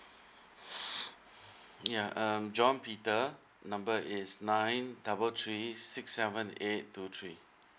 ya uh john peter number is nine double three six seven eight two three